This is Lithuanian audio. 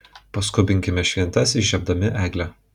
paskubinkime šventes įžiebdami eglę